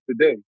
today